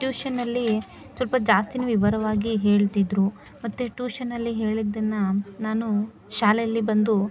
ಟ್ಯೂಷನಲ್ಲಿ ಸ್ವಲ್ಪ ಜಾಸ್ತಿನೆ ವಿವರವಾಗಿ ಹೇಳ್ತಿದ್ದರು ಮತ್ತು ಟೂಷನಲ್ಲಿ ಹೇಳಿದ್ದನ್ನು ನಾನು ಶಾಲೆಯಲ್ಲಿ ಬಂದು